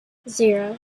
zero